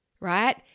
Right